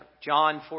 John